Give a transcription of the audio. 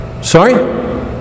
Sorry